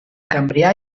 cambrià